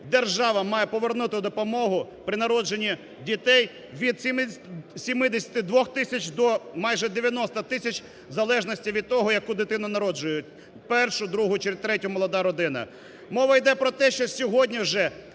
держава має повернути допомогу при народженні дітей від 72 тисяч до майже 90 тисяч в залежності від того, яку дитину народжують – першу, другу чи третю – молода родина. Мова іде про те, що сьогодні вже